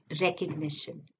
recognition